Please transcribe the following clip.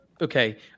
okay